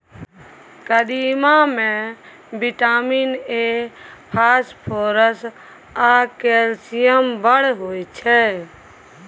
कदीमा मे vitamin A, phosphorus आ कैल्शियम बड़ होइ छै